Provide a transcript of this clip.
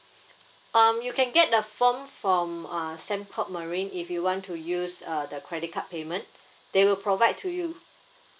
um you can get the form from uh Sembcorp marine if you want to use uh the credit card payment they will provide to you